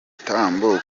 ibitambo